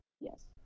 yes